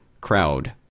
crowd